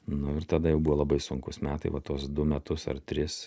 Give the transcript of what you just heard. nu ir tada jau buvo labai sunkūs metai va tuos du metus ar tris